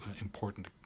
important